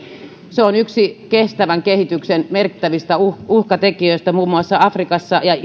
se on yksi kestävän kehityksen merkittävistä uhkatekijöistä muun muassa afrikassa ja